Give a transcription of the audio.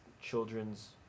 children's